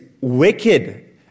wicked